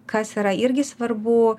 kas yra irgi svarbu